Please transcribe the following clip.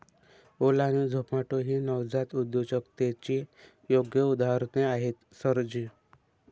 ओला आणि झोमाटो ही नवजात उद्योजकतेची योग्य उदाहरणे आहेत सर जी